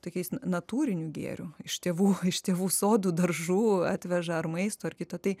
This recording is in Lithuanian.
tokiais natūriniu gėriu iš tėvų iš tėvų sodų daržų atveža ar maisto ar kita tai